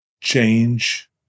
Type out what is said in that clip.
change